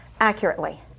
accurately